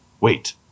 wait